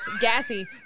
Gassy